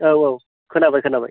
औ औ खोनाबाय खोनाबाय